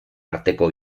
arteko